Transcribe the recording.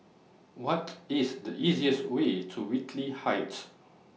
What IS The easiest Way to Whitley Heights